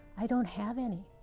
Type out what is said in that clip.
i don't have any.